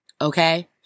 Okay